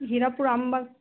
Hirapur Ambagh